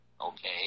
okay